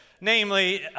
namely